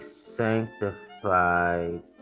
sanctified